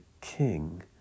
king